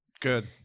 Good